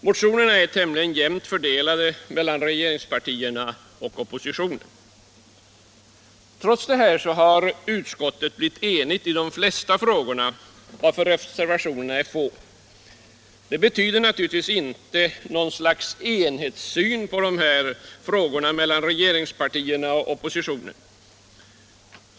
Motionerna är tämligen jämnt fördelade mellan regeringspartierna och oppositionen. Trots detta har utskottet blivit enigt i de flesta frågor, varför reservationerna är få. Detta betyder naturligtvis inte att det hos regeringspartierna och oppositionen finns något slags enhetssyn på dessa frågor.